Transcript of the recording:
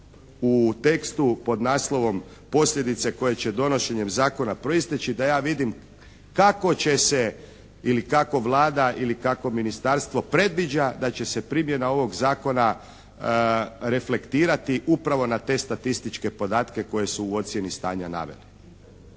u tekstu pod naslovom "Posljedice koje će donošenjem zakona proisteći" da ja vidim kako će se ili kako Vlada ili kako ministarstvo predviđa da će se primjena ovog zakona reflektirati upravo na te statističke podatke koje su ocjeni stanja naveli.